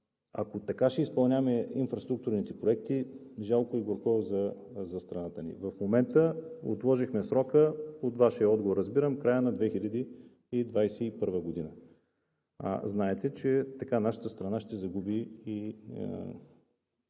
Ако така си изпълняваме инфраструктурните проекти, жалко и горко за страната ни! В момента отложихме срока – от Вашия отговор разбирам, за края на 2021 г. Знаете, че нашата страна ще загуби